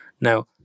Now